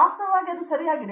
ವಾಸ್ತವವಾಗಿ ಅದು ಸರಿಯಾಗಿದೆ